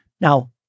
Now